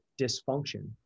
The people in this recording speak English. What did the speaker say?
dysfunction